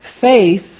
faith